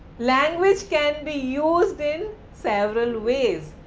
language can be used in several ways.